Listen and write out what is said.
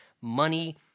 money